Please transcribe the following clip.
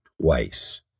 twice